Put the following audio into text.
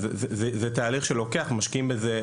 זה תהליך שמשקיעים בו,